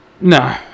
No